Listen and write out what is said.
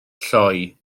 lloi